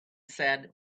said